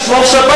קצת לשמור שבת,